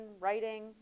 writing